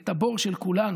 את הבור של כולנו.